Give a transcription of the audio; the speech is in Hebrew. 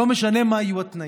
לא משנה מה יהיו התנאים.